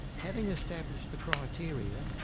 having established the criteria,